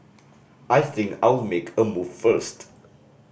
I think I'll make a move first